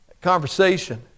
Conversation